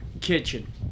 kitchen